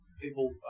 people